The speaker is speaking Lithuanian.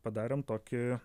padarėm tokį